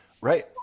Right